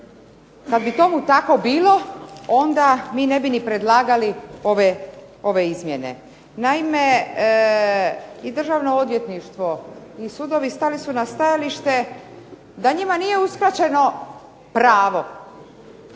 Kad bi tomu tako bilo onda mi ne bi ni predlagali ove izmjene. Naime, i Državno odvjetništvo i sudovi stali su na stajalište da njima nije uskraćeno pravo,